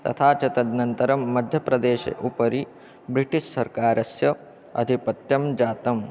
तथा च तदनन्तरं मध्यप्रदेशे उपरि ब्रिटिश् सर्कारस्य आधिपत्यं जातम्